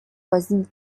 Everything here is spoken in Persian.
بازی